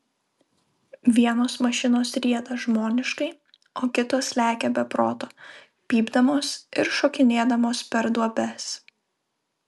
vienos mašinos rieda žmoniškai o kitos lekia be proto pypdamos ir šokinėdamos per duobes